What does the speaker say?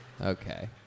Okay